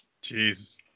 Jesus